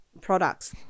products